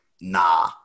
nah